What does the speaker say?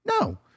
No